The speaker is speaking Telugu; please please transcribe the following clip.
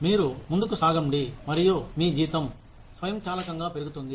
మీరు ముందుకు సాగండి మరియు మీ జీతం స్వయంచాలకంగా పెరుగుతుంది